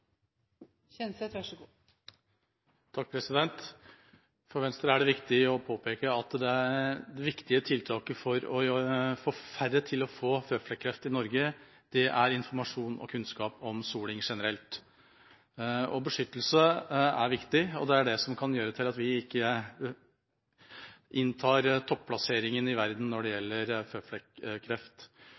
det viktig å påpeke at det viktige tiltaket slik at færre får føflekkreft i Norge, er informasjon og kunnskap om soling generelt. Beskyttelse er viktig, og det er det som kan gjøre at vi ikke inntar topplasseringen i verden når det gjelder føflekkreft.